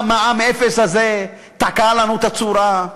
המע"מ אפס הזה תקע לנו את הצורה,